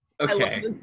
okay